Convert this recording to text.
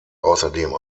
außerdem